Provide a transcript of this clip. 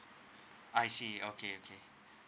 I see okay okay